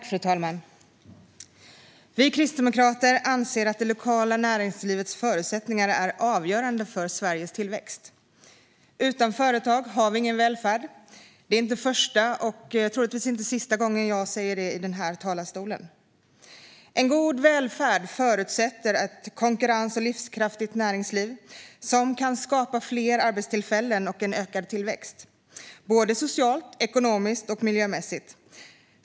Fru talman! Vi kristdemokrater anser att det lokala näringslivets förutsättningar är avgörande för Sveriges tillväxt. Utan företag har vi ingen välfärd. Det är inte första och troligtvis inte sista gången jag säger det i den här talarstolen. En god välfärd förutsätter ett konkurrens och livskraftigt näringsliv som kan skapa fler arbetstillfällen och en ökad tillväxt, såväl socialt som ekonomiskt och miljömässigt.